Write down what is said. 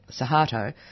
Sahato